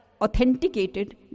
authenticated